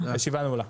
הישיבה נעולה.